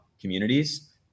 communities